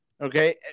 okay